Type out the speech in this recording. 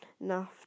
enough